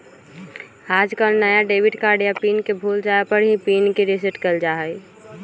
आजकल नया debit card या पिन के भूल जाये पर ही पिन के रेसेट कइल जाहई